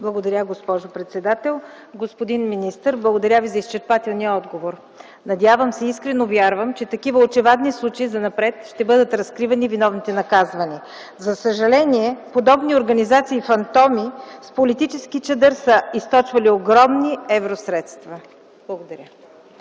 Благодаря, госпожо председател. Господин министър, благодаря Ви за изчерпателния отговор. Надявам се и искрено вярвам, че такива очевадни случаи занапред ще бъдат разкривани, а виновните наказвани. За съжаление подобни организации фантоми с политически чадър са източвали огромни евросредства. Благодаря.